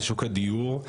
לשוק הדיור,